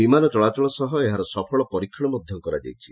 ବିମାନ ଚଳାଚଳ ସହ ଏହାର ସଫଳ ପରୀକ୍ଷଣ ମଧ କରାଯାଇଛି